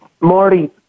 Marty